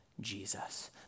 Jesus